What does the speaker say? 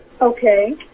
Okay